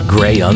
Gray